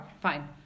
fine